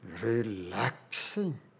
relaxing